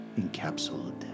encapsulated